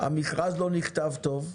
המכרז לא נכתב טוב,